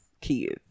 kids